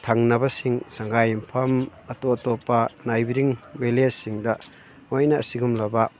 ꯊꯪꯅꯕꯁꯤꯡ ꯁꯪꯒꯥꯏ ꯌꯨꯝꯐꯝ ꯑꯇꯣꯞ ꯑꯇꯣꯞꯄ ꯅꯥꯏꯕꯔꯤꯡ ꯕꯤꯂꯦꯖꯁꯤꯡꯗ ꯂꯣꯏꯅ ꯁꯤꯒꯨꯝꯂꯕ